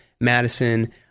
Madison